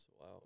Wow